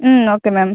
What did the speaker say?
ம் okay ma'am